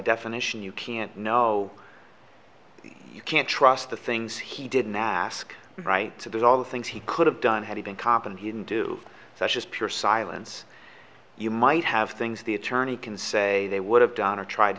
definition you can't know you can't trust the things he didn't ask right so there's all the things he could have done had he been cop and he didn't do so it's just pure silence you might have things the attorney can say they would have done or tried